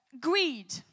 greed